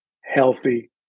healthy